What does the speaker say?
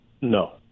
No